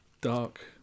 dark